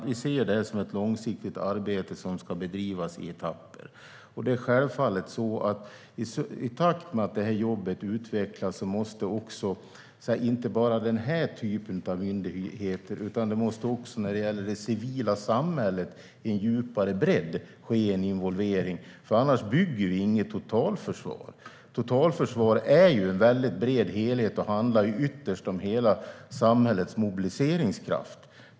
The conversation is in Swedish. Vi ser detta som ett långsiktigt arbete som ska bedrivas i etapper. I takt med att jobbet utvecklas måste inte bara den här typen av myndigheter utan också det civila samhället på djupet och på bredden involveras. Annars bygger vi ju inget totalförsvar. Totalförsvar är en bred helhet och handlar ytterst om hela samhällets mobiliseringskraft.